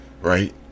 right